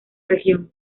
región